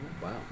Wow